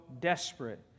desperate